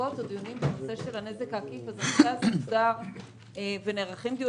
מחלוקות או דיונים בנושא הנזק העקיף אז הנושא הזה מוסדר ונערכים דיונים.